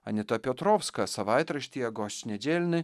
anita piotrovska savaitraštyje gošč nedželni